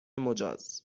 مجاز